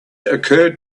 occurred